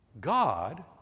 God